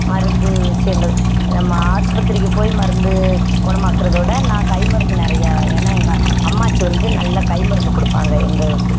மருந்து விஷயங்கள் நம்ம ஆஸ்ப்பத்திரிக்கு போய் மருந்து குணமாக்குறதை விட நான் கை மருந்து நிறையா ஏன்னால் எங்கள் அம்மாச்சி வந்து நல்லா கை மருந்து கொடுப்பாங்க எங்களுக்கு